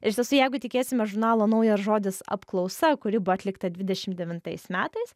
iš tiesų jeigu tikėsime žurnalo naujas žodis apklausa kuri buvo atlikta dvidešimt devintais metais